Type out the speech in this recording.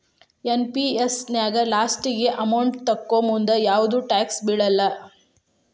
NPS ನ್ಯಾಗ ಲಾಸ್ಟಿಗಿ amount ತೊಕ್ಕೋಮುಂದ ಯಾವ್ದು ಟ್ಯಾಕ್ಸ್ ಬೇಳಲ್ಲ